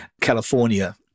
California